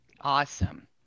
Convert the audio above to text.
Awesome